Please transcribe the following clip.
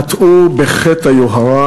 חטאו בחטא היוהרה.